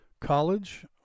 college